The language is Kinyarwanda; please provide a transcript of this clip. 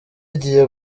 igiye